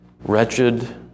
Wretched